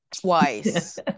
twice